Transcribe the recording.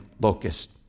locust